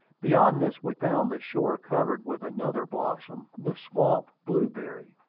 beyond this we found the shore covered with another blossom, the swamp blueberry.